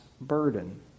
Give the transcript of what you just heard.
burden